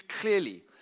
clearly